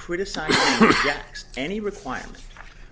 criticized tax any requirement